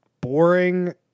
boring